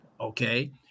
Okay